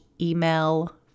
email